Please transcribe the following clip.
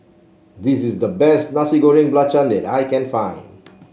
this is the best Nasi Goreng Belacan that I can find